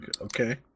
okay